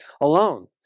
alone